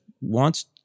wants